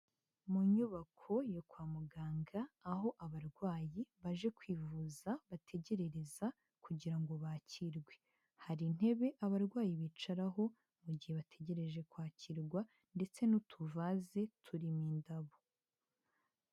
Mu nyubako yo kwa muganga aho abarwayi baje kwivuza bategerereza kugira ngo bakirwe, hari intebe abarwayi bicaraho mu gihe bategereje kwakirwa ndetse n'utuvaze turimo indabo.